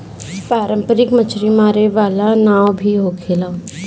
पारंपरिक मछरी मारे वाला नाव भी होखेला